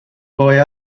boy